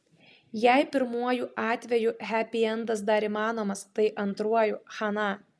jei pirmuoju atveju hepiendas dar įmanomas tai antruoju chana